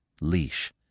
leash